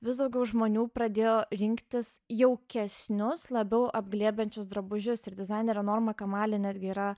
vis daugiau žmonių pradėjo rinktis jaukesnius labiau apglėbiančius drabužius ir dizainerio norma kamalė netgi yra